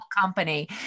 company